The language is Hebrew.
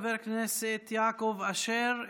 חבר הכנסת יעקב אשר,